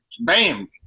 bam